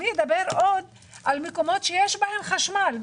אדבר עוד על מקומות שיש בהם חשמל,